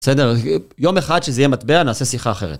בסדר, יום אחד שזה יהיה מטבע, נעשה שיחה אחרת.